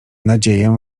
nadzieję